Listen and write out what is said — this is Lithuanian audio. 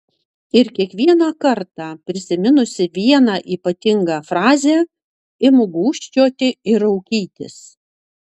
ir kiekvieną kartą prisiminusi vieną ypatingą frazę imu gūžčioti ir raukytis